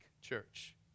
church